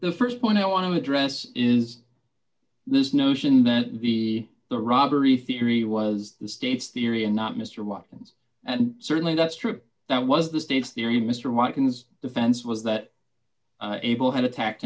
the st point i want to address is this notion that b the robbery theory was the state's theory and not mr watkins and certainly that's true that was the state's theory mr watkins defense was that abel had attacked